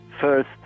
first